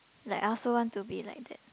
like I also want to be like that